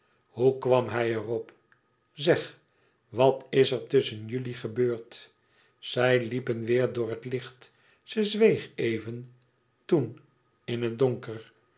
hoe kwam hij er op zeg wat is er tusschen jullie gebeurd zij liepen weêr door het licht ze zweeg even toen in het donker